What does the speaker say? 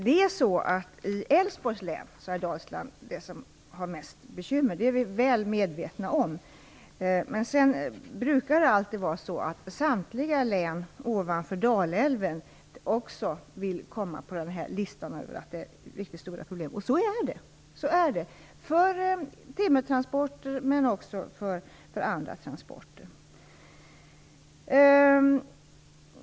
Vi är mycket väl medvetna om att man inom Älvsborgs län har mest bekymmer i just Dalsland, men också samtliga län norr om Dalälven vill föras till listan över län som har riktigt stora problem med timmertransporter och även andra transporter. Det är också riktigt att de har sådana problem.